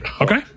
okay